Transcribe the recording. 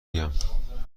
بگم